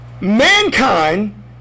Mankind